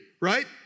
right